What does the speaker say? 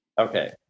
Okay